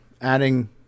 adding